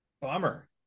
Bummer